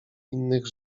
innych